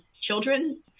children